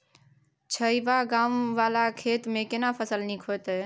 छै ॉंव वाला खेत में केना फसल नीक होयत?